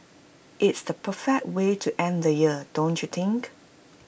it's the perfect way to end the year don't you think